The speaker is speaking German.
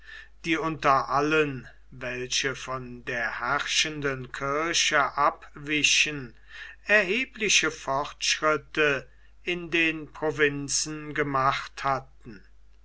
die unter allen welche von der herrschenden kirche abwichen erhebliche fortschritte in den provinzen gemacht hatten